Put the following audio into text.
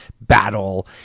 battle